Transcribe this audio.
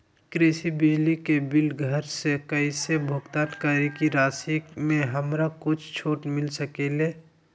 कृषि बिजली के बिल घर से कईसे भुगतान करी की राशि मे हमरा कुछ छूट मिल सकेले?